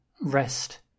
Rest